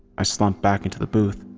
i slumped back into the booth,